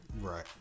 right